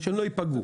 שלא ייפגעו.